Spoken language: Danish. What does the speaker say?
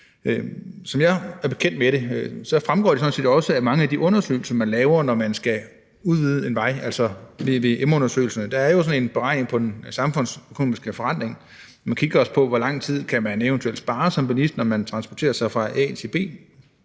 som jeg er bekendt med, og som man laver, når man skal udvide en vej, altså vvm-undersøgelserne, hvor der er sådan en beregning på den samfundsøkonomiske forrentning, og man kigger også på, hvor meget tid man eventuelt kan spare som bilist, når man transporterer sig fra a til b.